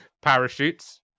parachutes